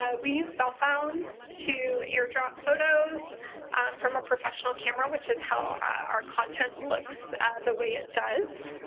ah we use cellphones to airdrop photos from a professional camera, which is how our content looks the way it does.